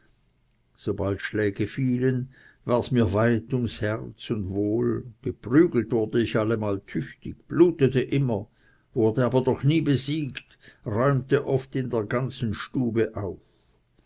sobald schläge fielen war's mir weit ums herz und wohl geprügelt wurde ich allemal tüchtig blutete immer wurde aber doch nie besiegt räumte oft in der ganzen stube auf